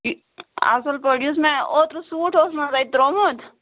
اَصٕل پٲٹھۍ یُس مےٚ اوترٕ سوٗٹ اوسمَو تۄہہِ ترٛوومُت